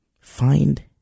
find